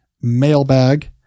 Mailbag